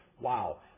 Wow